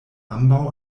ambaŭ